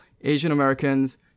Asian-Americans